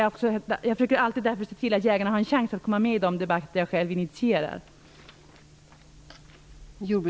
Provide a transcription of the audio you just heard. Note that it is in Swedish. Därför försöker jag alltid se till att jägarna har en chans att komma med i de debatter jag själv initierar.